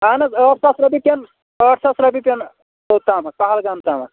اہَن حظ ٲٹھ ساس رۄپیہِ کٮ۪ن ٲٹھ ساس رۄپیہِ پٮ۪ن توٚتام پَہَلگام تام